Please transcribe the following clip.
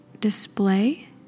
display